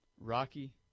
Rocky